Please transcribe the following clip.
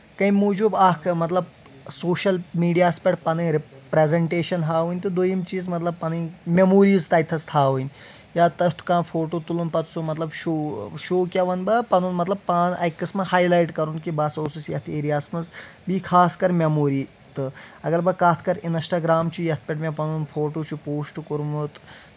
کَمہِ موٗجوٗب اکھ مطلب سوشَل میٖڈیا ہَس پٮ۪ٹھ پَنٕنۍ پریٚزنٹیشن ہاوٕنۍ تہٕ دۄیِم چیٖز مطلب پنٕنۍ میٚموریٖز تَتٮ۪س تھاوٕنۍ یا تتھ کانٛہہ فوٹو تُلُن پتہٕ سُہ مطلب شو شو کیٚاہ وَنہٕ بہٕ پَنُن مطلب پان اَکہِ قسمہٕ ہایلایٹ کرُن کہِ بہ ہسا اوسُس یَتھ ایٚریا ہَس منٛز بییہِ خاص کر میٚموری تہٕ اَگر بہٕ کَتھ کرٕ انسٹاگرامچہِ یَتھ پٮ۪ٹھ مےٚ پَنُن فوٹو چھُ پوسٹ کوٚرمُت